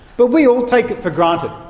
but we all take it for granted,